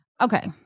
Okay